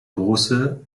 große